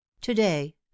to-day